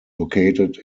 located